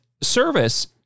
service